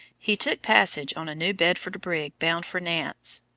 he took passage on a new bedford brig bound for nantes.